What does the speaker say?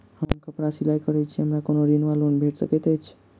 हम कापड़ सिलाई करै छीयै हमरा कोनो ऋण वा लोन भेट सकैत अछि?